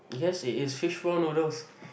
yes it is fishball noodles